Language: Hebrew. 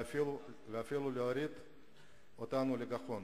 ואפילו להוריד אותנו לגחון?